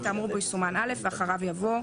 האמור בו יסומן "(א)" ואחריו יבוא: